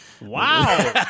Wow